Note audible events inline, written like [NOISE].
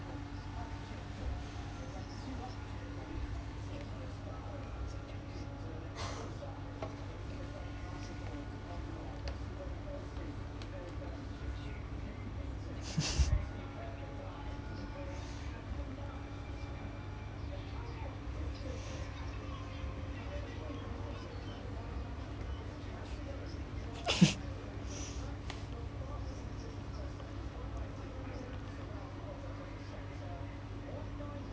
[LAUGHS] [LAUGHS]